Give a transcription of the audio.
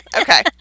Okay